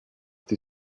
die